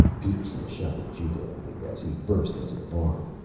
peterson shouted jubilantly as he burst into the barn.